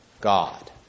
God